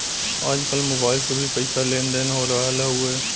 आजकल मोबाइल से भी पईसा के लेन देन हो रहल हवे